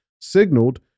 signaled